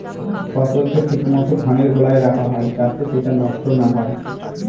ফসলকে ঠিক মত ধানের গোলায় রাখা হয় যাতে সেটা নষ্ট না হয়